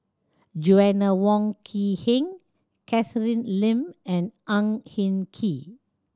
Joanna Wong Quee Heng Catherine Lim and Ang Hin Kee